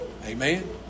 Amen